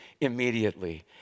immediately